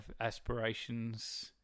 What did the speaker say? aspirations